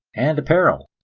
and apparel.